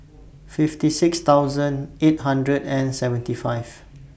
fifty six thousand eight hundred and seventy five